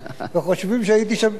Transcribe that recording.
וחושבים שהייתי שם,